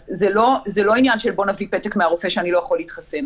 זה לא עניין של בוא נביא פתק מהרופא שאני לא יכול להתחסן,